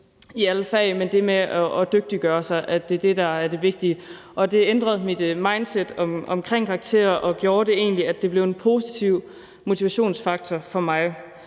i alle fag, men at det at dygtiggøre sig er det vigtige. Det ændrede mit mindset omkring karakterer og gjorde egentlig, at det blev en positiv motivationsfaktor for mig.